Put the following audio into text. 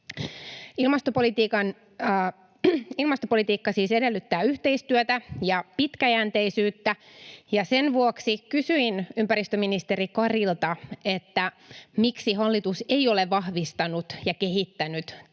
Ilmastopolitiikka siis edellyttää yhteistyötä ja pitkäjänteisyyttä, ja sen vuoksi kysyin ympäristöministeri Karilta, miksi hallitus ei ole vahvistanut ja kehittänyt tätä